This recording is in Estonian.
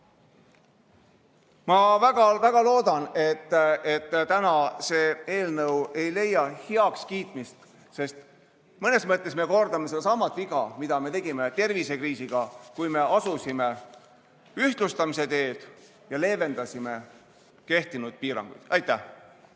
väga-väga loodan, et täna see eelnõu ei leia heakskiitmist, sest mõnes mõttes me kordame sedasama viga, mida me tegime tervisekriisiga, kui me asusime ühtlustamise teele ja leevendasime kehtinud piiranguid. Aitäh!